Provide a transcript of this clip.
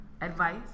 advice